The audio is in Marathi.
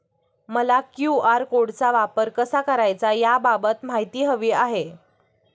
मला क्यू.आर कोडचा वापर कसा करायचा याबाबत माहिती हवी आहे